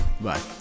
Bye